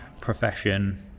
profession